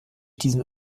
diesen